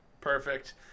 Perfect